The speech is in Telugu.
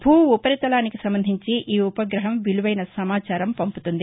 భూ ఉపరితలానికి సంబంధించి ఈ ఉపగ్రహం విలువైన సమాచారం పంపుతుంది